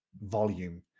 volume